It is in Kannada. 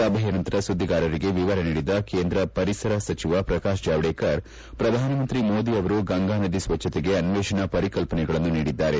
ಸಭೆಯ ನಂತರ ಸುದ್ಲಿಗಾರರಿಗೆ ವಿವರ ನೀಡಿದ ಕೇಂದ್ರ ಪರಿಸರ ಸಚಿವ ಪ್ರಕಾಶ್ ಜಾವಡೇಕರ್ ಪ್ರಧಾನಮಂತ್ರಿ ಮೋದಿ ಅವರು ಗಂಗಾ ನದಿ ಸ್ವಜ್ಞತೆಗೆ ಅನ್ವೇಷಣಾ ವರಿಕಲ್ಪನೆಗಳನ್ನು ನೀಡಿದ್ದಾರೆ